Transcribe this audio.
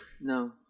no